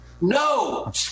No